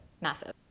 massive